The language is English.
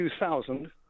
2000